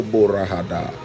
Borahada